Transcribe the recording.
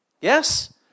Yes